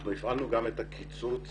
אנחנו הפעלנו גם את הקיצוץ